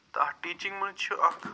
تہٕ اتھ ٹیٖچِنٛگ منٛز چھِ اکھ